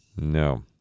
No